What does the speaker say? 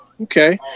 Okay